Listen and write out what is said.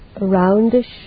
roundish